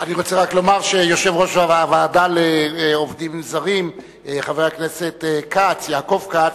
אני רוצה רק לומר שיושב-ראש הוועדה לעובדים זרים יעקב כץ,